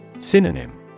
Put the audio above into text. Synonym